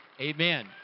amen